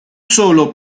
solo